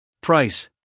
Price